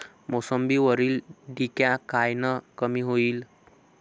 मोसंबीवरील डिक्या कायनं कमी होईल?